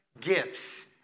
gifts